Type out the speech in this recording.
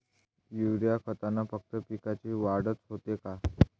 Urea खतानं फक्त पिकाची वाढच होते का?